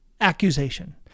accusation